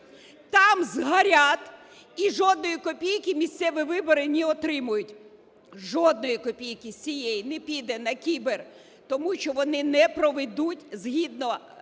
там згорять і жодної копійки місцеві вибори не отримають. Жодної копійки з цієї не піде на кібер, тому що вони не проведуть, згідно